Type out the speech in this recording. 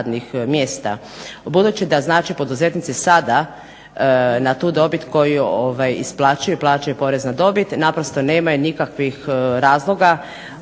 Budući da znači poduzetnici sada na tu dobit koju isplaćuju plaćaju porez na dobit, naprosto nemaju nikakvih razloga